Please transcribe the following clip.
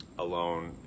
alone